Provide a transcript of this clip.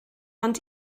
ond